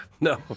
No